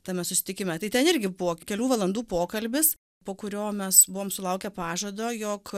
tame susitikime tai ten irgi buvo kelių valandų pokalbis po kurio mes buvom sulaukę pažado jog